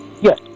Yes